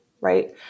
right